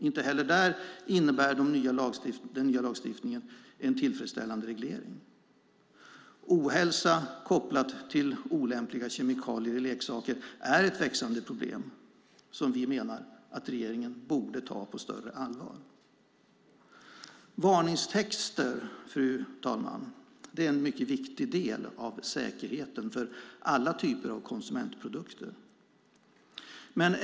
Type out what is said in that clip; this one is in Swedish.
Inte heller där innebär den nya lagstiftningen en tillfredställande reglering. Ohälsa kopplat till olämpliga kemikalier i leksaker är ett växande problem som vi menar att regeringen borde ta på större allvar. Varningstexter, fru talman, är en mycket viktig del av säkerheten för alla typer av konsumentprodukter.